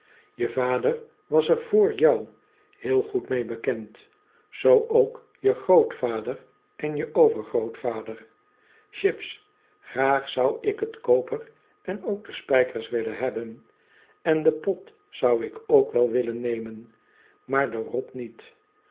je vader was er vr jou heel goed mee bekend zoo ook je grootvader en overgrootvader chips graag zou ik t koper en ook de spijkers willen hebben en den pot zou ik ook wel willen nemen maar de rot niet